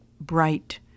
bright